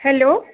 hello